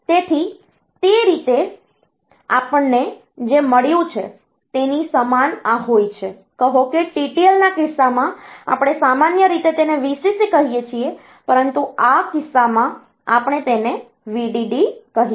તેથી તે રીતે આપણને જે મળ્યું છે તેની સમાન આ હોય છે કહો કે TTL ના કિસ્સામાં આપણે સામાન્ય રીતે તેને VCC કહીએ છીએ પરંતુ આ કિસ્સામાં આપણે તેને VDD કહીશું